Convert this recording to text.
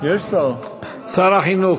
שר החינוך.